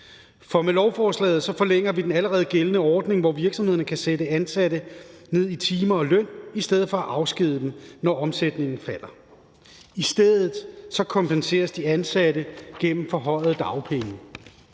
om. Med lovforslaget forlænger vi den allerede gældende ordning, hvor virksomhederne kan sætte ansatte ned i timer og løn i stedet for at afskedige dem, når omsætningen falder. I stedet kompenseres de ansatte gennem forhøjede dagpenge.